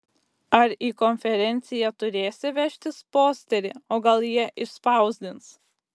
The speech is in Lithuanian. ar į konferenciją turėsi vežtis posterį o gal jie išspausdins